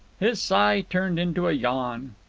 his sigh turned into a yawn.